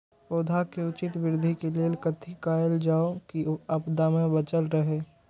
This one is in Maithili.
पौधा के उचित वृद्धि के लेल कथि कायल जाओ की आपदा में बचल रहे?